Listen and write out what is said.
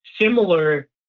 similar